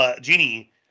Genie